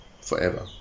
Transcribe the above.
forever